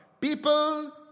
people